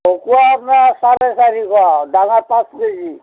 ভকোৱা আপোনাৰ চাৰে চাৰিশ ডাঙৰ পাঁচ কেজি